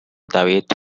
david